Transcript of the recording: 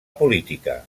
política